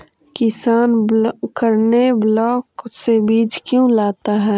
किसान करने ब्लाक से बीज क्यों लाता है?